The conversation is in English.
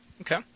Okay